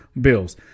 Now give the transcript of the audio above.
bills